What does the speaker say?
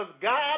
God